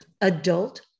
adult